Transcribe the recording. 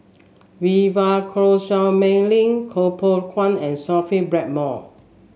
Vivien Quahe Seah Mei Lin Koh Poh Koon and Sophia Blackmore